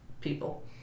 people